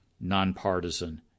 nonpartisan